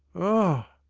ah!